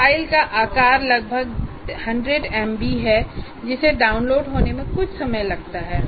file का आकार लगभग 100 एमबी है जिसे डाउनलोड होने में कुछ समय लगता है